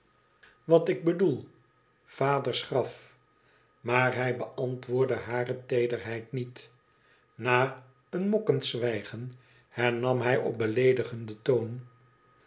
wat ik bedoel vaders grafl maar hij beantwoordde hare teederheid niet na een mokkend zwijgen hernam hij op beleedigenden toon